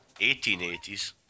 1880s